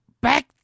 back